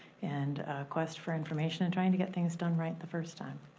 and quest for information, and tryin' to get things done right the first time.